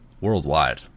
worldwide